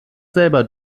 selber